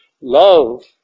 Love